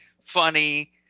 funny